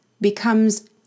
becomes